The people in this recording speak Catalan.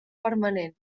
permanent